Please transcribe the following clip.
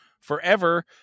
forever